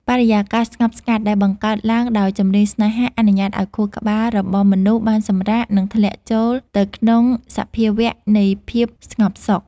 បរិយាកាសស្ងប់ស្ងាត់ដែលបង្កើតឡើងដោយ ចម្រៀងស្នេហា អនុញ្ញាតឱ្យខួរក្បាលរបស់មនុស្សបានសម្រាក និងធ្លាក់ចូលទៅក្នុងសភាវៈនៃភាពស្ងប់សុខ